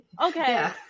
Okay